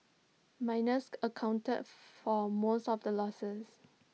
miners accounted for most of the losses